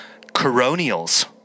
Coronials